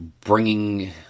bringing